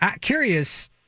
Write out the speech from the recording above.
Curious